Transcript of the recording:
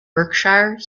berkshire